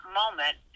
moment